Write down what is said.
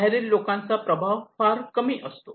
बाहेरील लोकांचा प्रभाव फार कमी प्रमाणात असतो